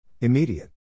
immediate